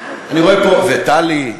וטלי,